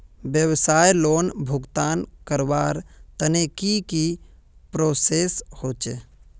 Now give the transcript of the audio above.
व्यवसाय लोन भुगतान करवार तने की की प्रोसेस होचे?